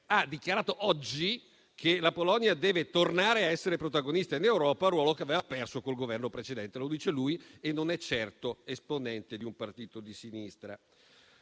ha dichiarato oggi che la Polonia deve tornare a essere protagonista in Europa, un ruolo che aveva perso col Governo precedente. Lo dice lui e non è certo esponente di un partito di sinistra.